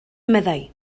meddai